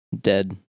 dead